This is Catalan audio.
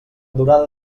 durada